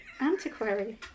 Antiquary